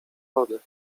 wody